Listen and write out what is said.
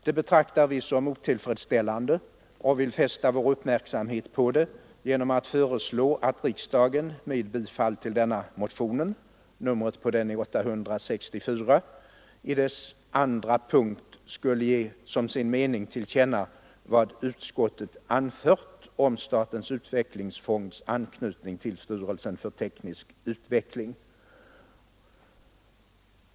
Det betraktar vi som otillfredsställande, och vi vill fästa uppmärksamheten på det genom att föreslå att riksdagen, med bifall till motionen 1974:864 punkten 2, som sin mening ger Kungl. Maj:t till känna vad utskottet anfört om statens utvecklingsfonds anknytning till styrelsen för teknisk utveckling.